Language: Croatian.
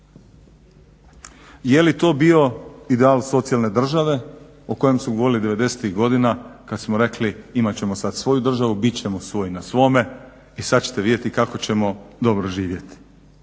Je li to bio ideal socijalne države o kojem smo govorili '90.-ih godina kada smo rekli imati ćemo sada svoju državu, biti ćemo svoj na svome i sada ćete vidjeti kako ćemo dobro živjeti.